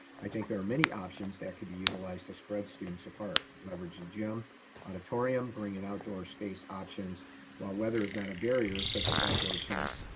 i think there are many options that could be utilized to spread students apart. leverage gym auditorium bringing outdoor space options while whether it's not a barrier such as outdoor tents,